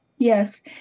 Yes